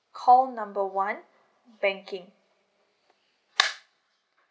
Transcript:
call number one banking